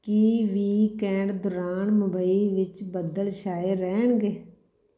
ਕੀ weekend ਦੌਰਾਨ ਮੁੰਬਈ ਵਿੱਚ ਬੱਦਲ ਛਾਏ ਰਹਿਣਗੇ